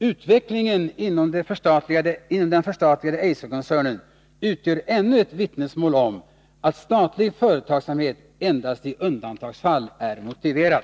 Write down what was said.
Utvecklingen inom den förstatli gade Eiserkoncernen utgör ännu ett vittnesmål om att statlig företagsamhet endast i undantagsfall är motiverad.